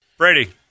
Brady